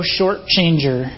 Shortchanger